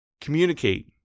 Communicate